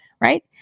Right